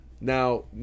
Now